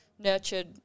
nurtured